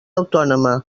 autònoma